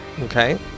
Okay